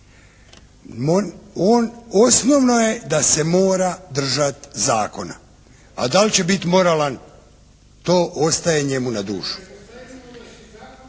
Osnovno je da se mora držat zakona. A da li će biti moralan, to ostaje njemu na dušu.